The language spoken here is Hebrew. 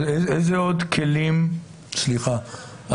סליחה,